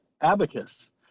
abacus